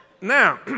Now